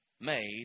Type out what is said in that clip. made